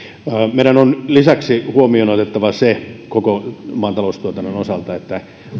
meidän on lisäksi otettava huomioon se koko maataloustuotannon osalta että